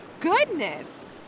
Goodness